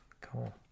Cool